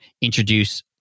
introduce